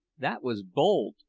that was bold,